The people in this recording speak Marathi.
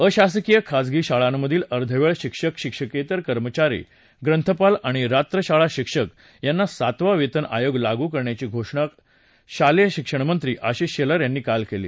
अशासकीय खाजगी शाळांमधील अर्धवेळ शिक्षकशिक्षकेतर कर्मचारी ग्रंथपाल आणि रात्र शाळा शिक्षक यांना सातवा वेतन आयोग लागू करण्याची घोषणा आल्याचे शालेय शिक्षण मंत्री आशिष शेलार यांनी काल केली